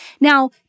Now